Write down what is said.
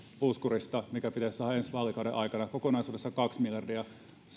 puskurista mikä pitäisi saada ensi vaalikauden aikana kokonaisuudessaan kaksi miljardia